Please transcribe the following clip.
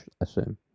assume